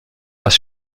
das